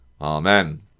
Amen